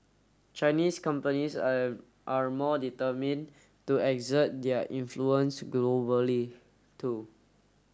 Chinese companies are more determined to exert their influence globally too